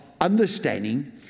understanding